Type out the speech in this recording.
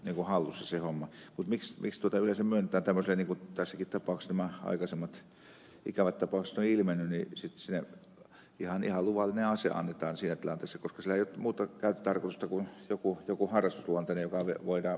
mutta miksi yleensä myönnetään tämmöisille niin kuin näissäkin aikaisemmissa ikävissä tapauksissa on ilmennyt että ihan luvallinen ase annetaan siinä tilanteessa vaikka ei ole muuta käyttötarkoitusta kuin joku harrastusluonteinen ja voidaan viedä sitten vielä kotiin se pyssy